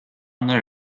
nhar